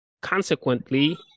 Consequently